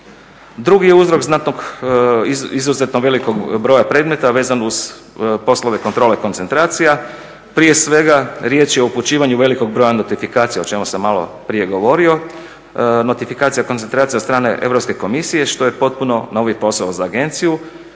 Drugi je uzrok znatnog, izuzetno velikog broja predmeta vezan uz poslove kontrole koncentracija, prije svega riječ je o upućivanju velikog broja notifikacija o čemu sam malo prije govorio. Notifikacija koncentracija od strane Europske komisije što je potpuno novi posao za agenciju